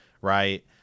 right